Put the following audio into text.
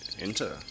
Enter